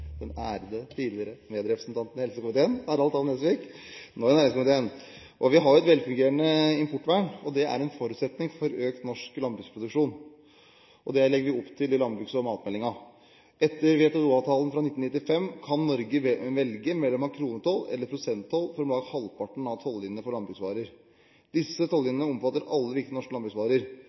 den ærede tidligere medrepresentanten i helsekomiteen, Harald Tom Nesvik – nå næringskomiteen! Vi har et velfungerende importvern, og det er en forutsetning for økt norsk landbruksproduksjon. Det legger vi opp til i meldingen om landbruks- og matpolitikken. Etter WTO-avtalen fra 1995 kan Norge velge mellom å ha kronetoll eller prosenttoll for om lag halvparten av tollinjene for landbruksvarer. Disse tollinjene omfatter alle viktige norske landbruksvarer.